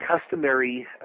customary